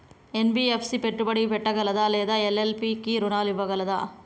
NBFC పెట్టుబడి పెట్టగలదా లేదా ఎల్.ఎల్.పి కి రుణాలు ఇవ్వగలదా?